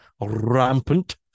rampant